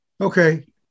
Okay